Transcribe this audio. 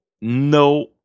no